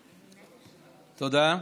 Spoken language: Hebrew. תודה.